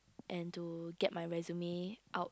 and to get my resume out